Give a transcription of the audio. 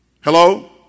Hello